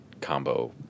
combo